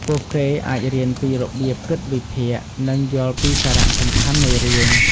ពួកគេអាចរៀនពីរបៀបគិតវិភាគ និងយល់ពីសារៈសំខាន់នៃរឿង។